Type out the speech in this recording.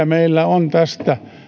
meillä on ilo tästä